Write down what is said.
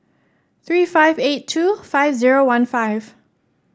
three five eight two five zero one five